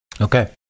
Okay